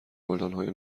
گلدانهای